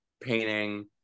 painting